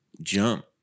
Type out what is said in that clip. jump